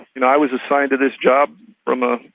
and i was assigned to this job from a.